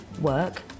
work